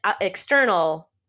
external